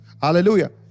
Hallelujah